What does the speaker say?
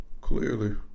Clearly